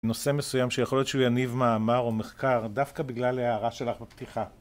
נושא מסוים שיכול להיות שהוא יניב מאמר או מחקר דווקא בגלל ההערה שלך בפתיחה